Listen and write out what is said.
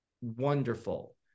wonderful